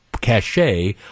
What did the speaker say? cachet